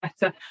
better